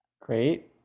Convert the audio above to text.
Great